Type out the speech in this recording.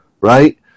right